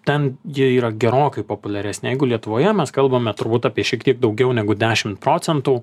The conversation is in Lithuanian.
ten jie yra gerokai populiaresni jeigu lietuvoje mes kalbame turbūt apie šiek tiek daugiau negu dešimt procentų